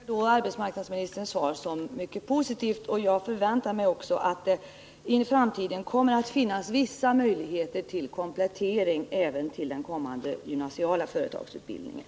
Fru talman! Jag tolkar arbetsmarknadsministerns svar som mycket positivt, och jag förväntar mig att det i framtiden kommer att ges vissa möjligheter till komplettering av åtgärderna i samband med den kommande gymnasiala företagsutbildningen.